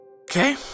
Okay